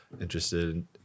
interested